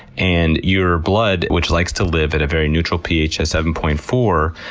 and your blood, which likes to live at a very neutral ph of seven point four,